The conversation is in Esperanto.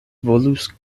volus